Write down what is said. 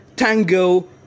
Tango